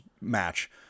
match